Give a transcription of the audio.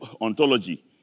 ontology